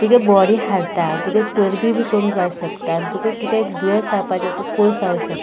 तुजी बॉडी हालता तुजी चरबी बी कमी जावंक शकता तुका कितेंय दुयेंस जावपाचें पयस जावंक शकता